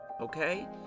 Okay